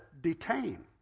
detain